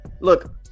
look